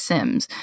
Sims